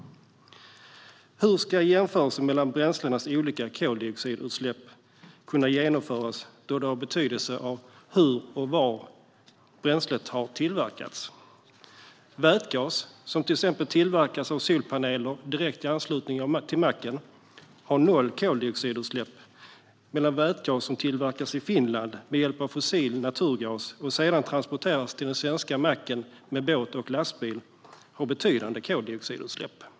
Hur ska en jämförelse mellan bränslenas olika koldioxidutsläpp kunna genomföras då det är av betydelse hur och var bränslet har tillverkats? Vätgas som till exempel tillverkas av solpaneler i direkt anslutning till macken har noll koldioxidutsläpp medan vätgas som tillverkas i Finland med hjälp av fossil naturgas och sedan transporteras till den svenska macken med båt och lastbil har betydande koldioxidutsläpp.